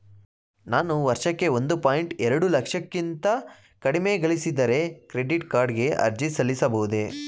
ನಾನು ವರ್ಷಕ್ಕೆ ಒಂದು ಪಾಯಿಂಟ್ ಎರಡು ಲಕ್ಷಕ್ಕಿಂತ ಕಡಿಮೆ ಗಳಿಸಿದರೆ ಕ್ರೆಡಿಟ್ ಕಾರ್ಡ್ ಗೆ ಅರ್ಜಿ ಸಲ್ಲಿಸಬಹುದೇ?